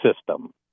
system